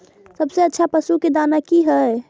सबसे अच्छा पशु के दाना की हय?